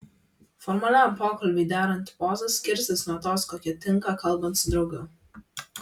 formaliam pokalbiui deranti poza skirsis nuo tos kokia tinka kalbant su draugu